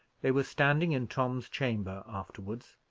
they were standing in tom's chamber afterwards,